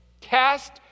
Cast